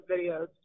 videos